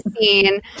scene